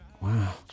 Wow